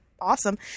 awesome